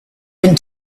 and